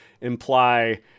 imply